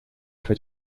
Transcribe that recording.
fait